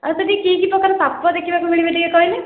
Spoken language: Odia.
ଆଉ ସେଇଠି କି କି ପ୍ରକାର ସାପ ଦେଖିବାକୁ ମିଳିବେ ଟିକେ କହିଲେ